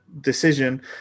decision